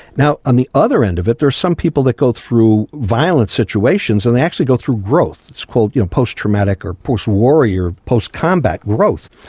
now, on the other end of it there are some people that go through violent situations and they actually go through growth. it's called you know post-traumatic or post-warrior, post-combat growth.